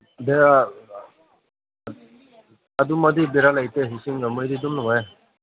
ꯕꯦꯔꯥ ꯑꯗꯨꯝ ꯑꯗꯨꯏ ꯚꯦꯔꯥ ꯂꯩꯇꯦ ꯏꯁꯤꯡꯒꯨꯝꯕꯒꯤꯗꯤ ꯑꯗꯨꯝ ꯅꯨꯡꯉꯥꯏ